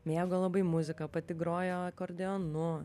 mėgo labai muziką pati grojo akordeonu